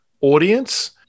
audience